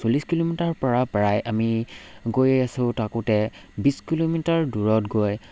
চল্লিছ কিলোমিটাৰ পৰা প্ৰায় আমি গৈ আছো থাকোঁতে বিছ কিলোমিটাৰ দূৰত গৈ